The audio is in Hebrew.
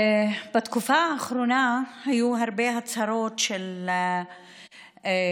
בתקופה האחרונה היו הרבה הצהרות של מנהלי